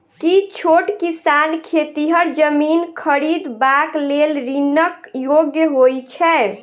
की छोट किसान खेतिहर जमीन खरिदबाक लेल ऋणक योग्य होइ छै?